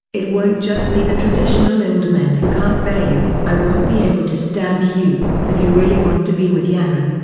it won't just be the traditional old men who can't bear you. i won't be able to stand you. if you really want to be with yanran,